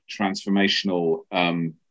transformational